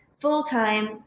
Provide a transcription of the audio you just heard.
full-time